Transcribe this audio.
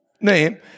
name